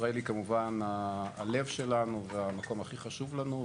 וישראל היא כמובן הלב שלנו והמקום הכי חשוב לנו,